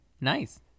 Nice